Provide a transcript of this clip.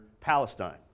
Palestine